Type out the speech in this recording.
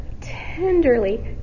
tenderly